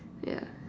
yeah